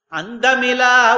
andamila